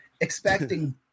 expecting